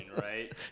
right